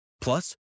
Plus